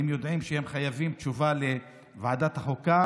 הם יודעים שהם חייבים תשובה לוועדת החוקה